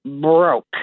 broke